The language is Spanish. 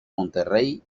monterrey